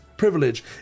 privilege